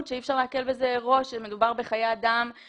שאי אפשר להקל בזה ראש כאשר מדובר בחיי אדם.